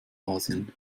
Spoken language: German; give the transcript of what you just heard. asien